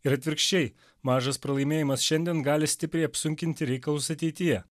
ir atvirkščiai mažas pralaimėjimas šiandien gali stipriai apsunkinti reikalus ateityje